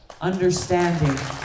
understanding